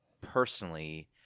personally